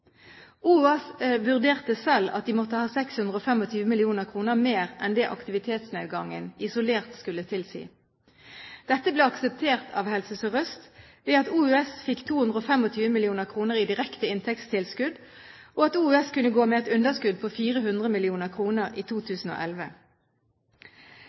vurderte selv at de måtte ha 625 mill. kr mer enn det aktivitetsnedgangen isolert skulle tilsi. Dette ble akseptert av Helse Sør-Øst ved at Oslo universitetssykehus fikk 225 mill. kr i direkte inntektstilskudd, og at Oslo universitetssykehus kunne gå med et underskudd på 400 mill. kr i